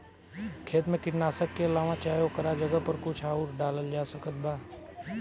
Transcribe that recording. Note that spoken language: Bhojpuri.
खेत मे कीटनाशक के अलावे चाहे ओकरा जगह पर कुछ आउर डालल जा सकत बा?